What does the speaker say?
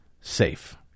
safe